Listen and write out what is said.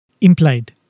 implied